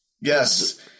Yes